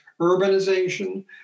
urbanization